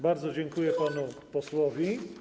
Bardzo dziękuję panu posłowi.